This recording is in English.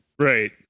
right